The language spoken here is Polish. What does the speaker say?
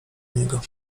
niego